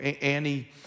Annie